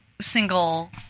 single